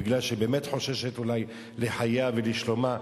בגלל שבאמת חוששת אולי לחייה ולשלומה.